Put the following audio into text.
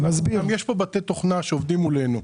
יש כאן בתי תוכנה שעובדים מולנו.